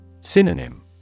Synonym